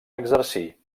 exercir